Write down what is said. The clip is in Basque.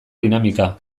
dinamika